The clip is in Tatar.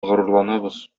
горурланабыз